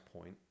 point